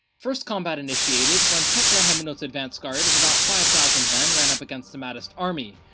first combat initiated when tekle haimanot's advanced guard of about five thousand men ran up against the mahdist army,